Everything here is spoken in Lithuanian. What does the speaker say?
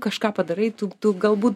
kažką padarai tu tu galbūt